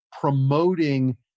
promoting